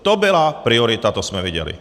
To byla priorita, to jsme viděli.